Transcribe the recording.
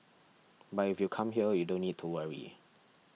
but if you come here you don't need to worry